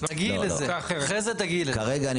תגיעי לזה, אחרי זה תגיעי לזה.